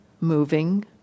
moving